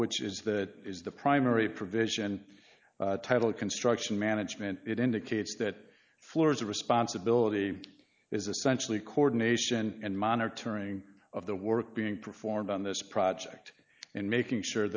which is that is the primary provision title construction management it indicates that floor is the responsibility is essential the coordination and monitoring of the work being performed on this project and making sure